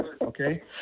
okay